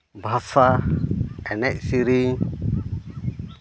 ᱵᱷᱟᱥᱟ ᱮᱱᱮᱡ ᱥᱮᱨᱮᱧ